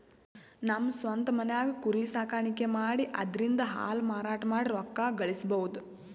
ನಮ್ ಸ್ವಂತ್ ಮನ್ಯಾಗೆ ಕುರಿ ಸಾಕಾಣಿಕೆ ಮಾಡಿ ಅದ್ರಿಂದಾ ಹಾಲ್ ಮಾರಾಟ ಮಾಡಿ ರೊಕ್ಕ ಗಳಸಬಹುದ್